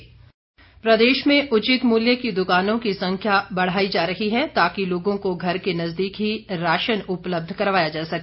राजेंद्र गर्ग प्रदेश में उचित मूल्य की दुकानों की संख्या बढ़ाई जा रही है ताकि लोगों को घर के नजदीक ही राशन उपलब्ध करवाया जा सके